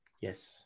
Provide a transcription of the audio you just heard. Yes